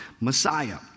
Messiah